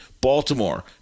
Baltimore